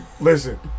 listen